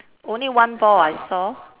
only one ball I saw